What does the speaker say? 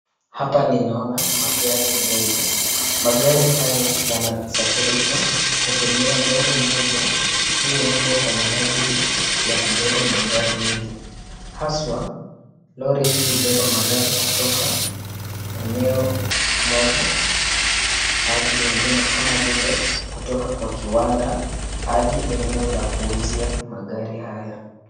Hapa ninaona magari mengi, magari haya yanasafirishwa kutumia lori moja iliyoundwa kwa minajili ya kubeba magari nyingi. Haswa lori hii hubeba magari kutoka eneo moja hadi lingine kama vile kutoka kwa kiwanda hadi eneo la kuuzia magari haya.